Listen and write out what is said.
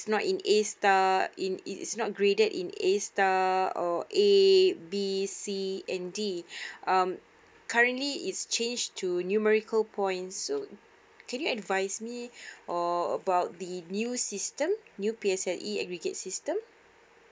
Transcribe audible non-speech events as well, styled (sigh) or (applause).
not in a star in it's not graded in a star or a b c and d (breath) um currently it's changed to numerical points so can you advise me (breath) about the new system the new P_S_L_E aggregate system